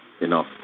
enough